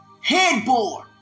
headboard